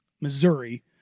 Missouri